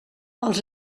els